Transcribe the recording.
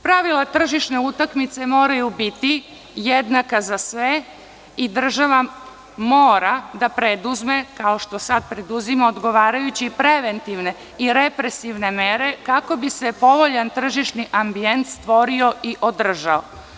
Pravila tržišne utakmice moraju biti jednaka za sve i država mora da preduzme, kao što sada preduzima, odgovarajuće preventivne i represivne mere kako bi se povoljan tržišni ambijent stvorio i održao.